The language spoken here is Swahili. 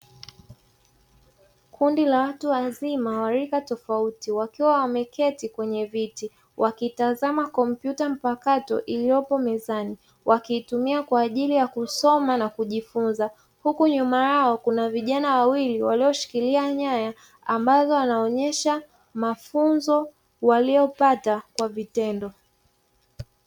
Kundi la watu wazima wa rika tofauti wakiwa wameketi kwenye viti wakiitazama kompyuta mpakato iliyopo mezani, wakiitumia kwa ajili ya kusoma na kujifunza. Huku nyuma yao kuna vijana wawili walioshikilia nyaya ambazo wanaonyesha mafunzo waliyopata kwa vitendo.